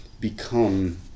become